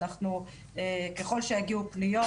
אנחנו, ככל שיגיעו פניות,